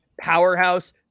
powerhouse